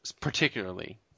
particularly